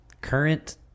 current